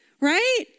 right